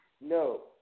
No